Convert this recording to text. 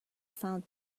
found